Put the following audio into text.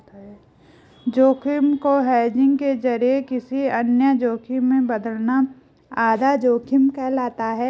जोखिम को हेजिंग के जरिए किसी अन्य जोखिम में बदलना आधा जोखिम कहलाता है